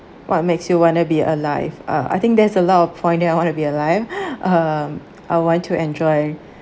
what makes you want to be alive uh I think there's a lot of point that I want to be alive um I want to enjoy